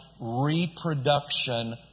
reproduction